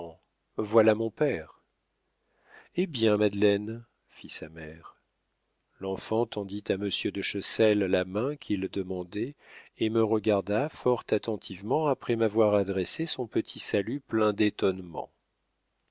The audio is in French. voilà mon père eh bien madeleine fit sa mère l'enfant tendit à monsieur de chessel la main qu'il demandait et me regarda fort attentivement après m'avoir adressé son petit salut plein d'étonnement